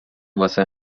واسه